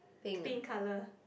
pink color